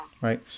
Right